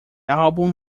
album